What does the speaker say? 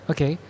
Okay